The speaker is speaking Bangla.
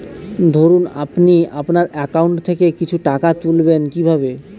ধরুন আপনি আপনার একাউন্ট থেকে কিছু টাকা তুলবেন কিভাবে?